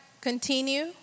continue